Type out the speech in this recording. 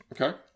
Okay